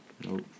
nope